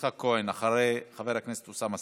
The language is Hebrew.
יצחק כהן, אחרי חבר הכנסת אוסאמה סעדי.